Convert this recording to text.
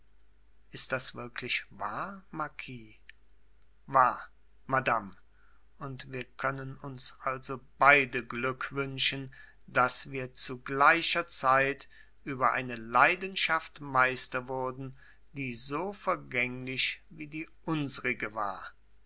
ist das wirklich wahr marquis wahr madame und wir können uns also beide glück wünschen daß wir zu gleicher zeit über eine leidenschaft meister wurden die so vergänglich wie die unsrige war